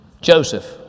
Joseph